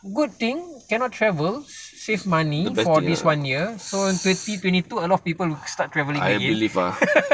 so good thing cannot travel save money for this one year so twenty twenty two a lot of people will start travelling again